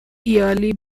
yearly